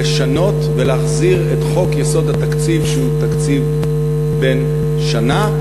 לשנות ולהחזיר את חוק-היסוד לתקציב בן שנה,